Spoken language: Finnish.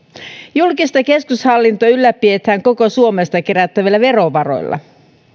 julkista keskushallintoa ylläpidetään koko suomesta kerättävillä verovaroilla